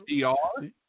Dr